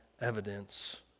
evidence